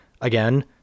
Again